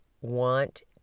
want